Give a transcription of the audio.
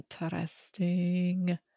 Interesting